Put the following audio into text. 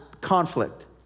conflict